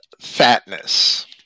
fatness